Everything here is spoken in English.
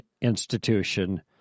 institution